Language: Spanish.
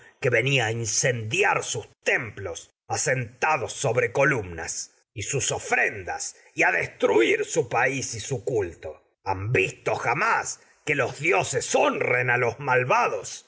que ve incendiar sus templos columnas íragedias de sófociltis y sus ofrendas jamás que y a destruir dioses su país y su culto a has visto los que honren los malvados